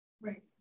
Right